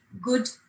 good